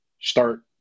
start